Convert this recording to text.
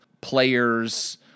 players